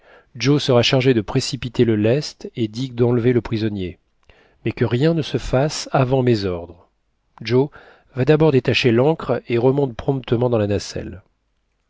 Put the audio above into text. joe sera chargé de précipiter le lest et dick d'enlever le prisonnier mais que rien ne se fasse avant mes ordres joe va d'abord détacher l'ancre et remonte promptement dans la nacelle